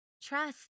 trust